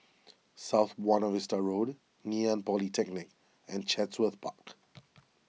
South Buona Vista Road Ngee Ann Polytechnic and Chatsworth Park